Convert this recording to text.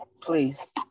Please